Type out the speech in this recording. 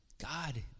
God